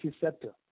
sector